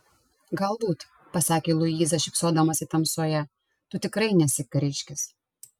galbūt pasakė luiza šypsodamasi tamsoje tu tikrai nesi kariškis